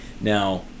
Now